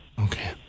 Okay